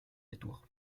détour